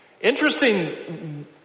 Interesting